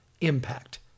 impact